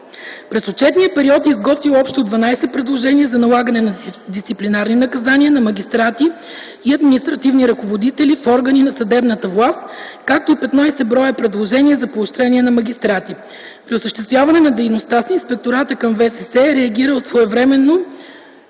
През отчетния период е изготвил общо 12 предложения за налагане на дисциплинарни наказания на магистрати и административни ръководители в органи на съдебната власт, както и 15 броя предложения за поощрение на магистрати. При осъществяване на дейността си Инспекторатът към ВСС е реагирал своевременно